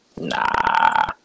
Nah